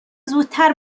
زودتر